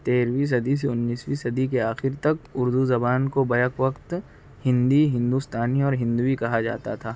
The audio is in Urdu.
تیرہویں صدی سے انیسویں صدی کے آخر تک اردو زبان کو بیک وقت ہندی ہندوستانی اور ہندوی کہا جاتا تھا